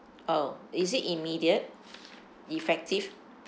oh is it immediate effective